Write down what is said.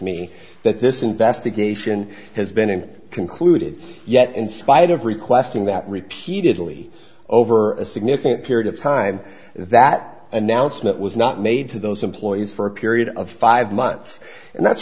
me that this investigation has been concluded yet in spite of requesting that repeatedly over a significant period of time that announcement was not made to those employees for a period of five months and that's